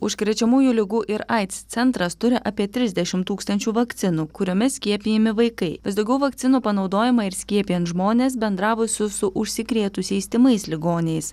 užkrečiamųjų ligų ir aids centras turi apie trisdešimt tūkstančių vakcinų kuriomis skiepijami vaikai vis daugiau vakcinų panaudojama ir skiepijant žmones bendravusių su užsikrėtusiais tymais ligoniais